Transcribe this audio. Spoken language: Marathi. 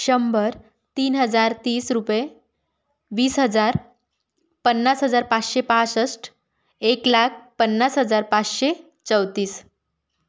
शंभर तीन हजार तीस रुपये वीस हजार पन्नास हजार पाचशे पासष्ट एक लाख पन्नास हजार पाचशे चौतीस